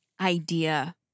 idea